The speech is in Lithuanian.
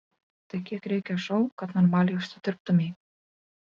tai kiek reikia šou kad normaliai užsidirbtumei